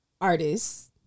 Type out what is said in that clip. artists